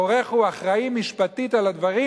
העורך הוא אחראי משפטית על הדברים,